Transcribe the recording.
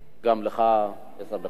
גם לך עשר דקות.